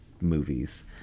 movies